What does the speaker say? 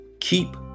Keep